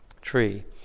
tree